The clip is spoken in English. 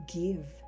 give